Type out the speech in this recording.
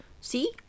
See